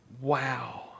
Wow